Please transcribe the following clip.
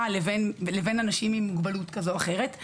לבין אנשים עם מוגבלות כזו או אחרת,